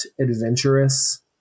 adventurous